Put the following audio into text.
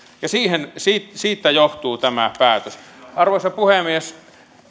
ja siitä johtuu tämä päätös arvoisa puhemies